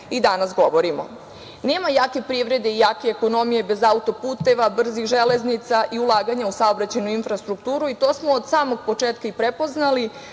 danas govorimo. Nema jake privrede i jake ekonomije bez autoputeva, brzih železnica i ulaganja u saobraćajnu infrastrukturu i to smo od samog početka i prepoznali,